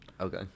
Okay